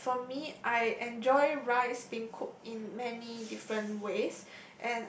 uh for me I enjoy rice being cooked in many different ways